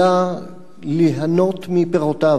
אלא ליהנות מפירותיו.